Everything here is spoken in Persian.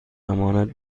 امانت